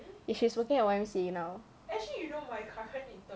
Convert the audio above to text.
yes she's working at Y_M_C_A now